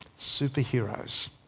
superheroes